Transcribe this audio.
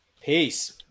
Peace